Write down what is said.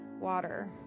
water